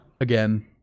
again